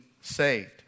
saved